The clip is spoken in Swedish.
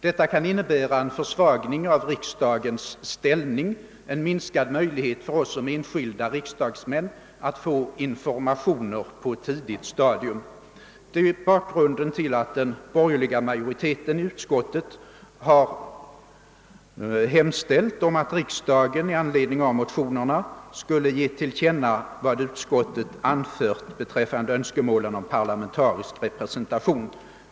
Detta kan innebära en försvagning av riksdagens ställning, en minskad möjlighet för oss som enskilda riksdagsmän att få informationer på ett tidigt stadium. Detta är bakgrunden till att den borgerliga majoriteten i utskottet har hemställt om att riksdagen i anledning av motionerna skulle ge till känna vad utskottet anfört beträffande önskemålen om parlamentarisk representation.